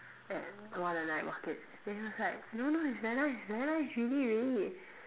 at one of the night markets then he was like no no it's very nice very nice really really